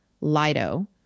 LIDO